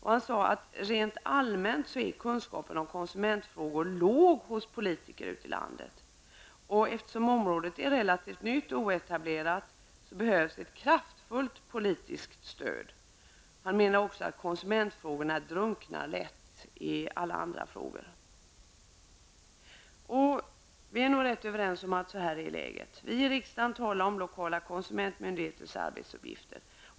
Han sade att kunskapen om konsumentfrågor hos politiker ute i landet rent allmänt är liten. Eftersom området är relativt nytt och oetablerat behövs ett kraftfullt politiskt stöd. Han menade också att konsumentfrågorna lätt drunknar i alla andra frågor. Vi är nog ganska överens om att läget är så. Vi i riksdagen talar om lokala konsumentmyndigheters arbetsuppgifter.